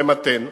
למתן.